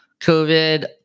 COVID